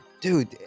dude